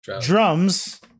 Drums